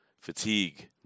fatigue